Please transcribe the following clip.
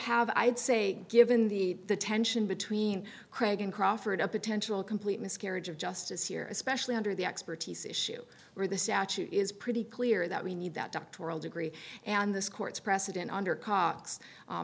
have i'd say given the tension between craig and crawford a potential complete miscarriage of justice here especially under the expertise issue where the statute is pretty clear that we need that doctoral degree and this court's precedent under cox